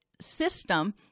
system